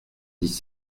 dix